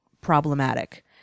problematic